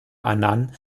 annan